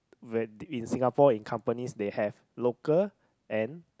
when in Singapore in companies they have local and